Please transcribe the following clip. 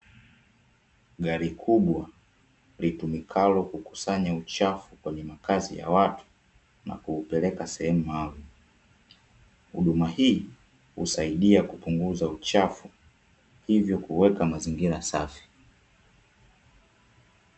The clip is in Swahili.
Gari kubwa litumikalo kukusanya uchafu kwenye makazi ya watu, na kuupeleka sehemu maalumu. Huduma hii husaidia kupunguza uchafu, hivyo kuweka mazingira safi.